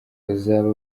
bazaba